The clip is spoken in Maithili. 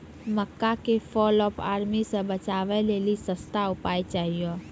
मक्का के फॉल ऑफ आर्मी से बचाबै लेली सस्ता उपाय चाहिए?